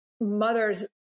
mothers